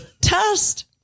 Test